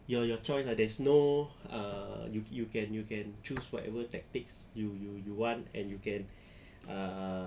your your choice ah there's no uh you can you can choose whatever tactics you you you run and you can err